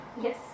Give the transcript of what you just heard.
Yes